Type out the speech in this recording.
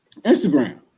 Instagram